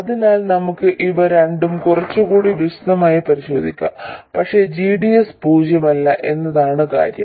അതിനാൽ നമുക്ക് ഇവ രണ്ടും കുറച്ചുകൂടി വിശദമായി പരിശോധിക്കാം പക്ഷേ g d s പൂജ്യമല്ല എന്നതാണ് കാര്യം